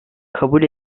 kabul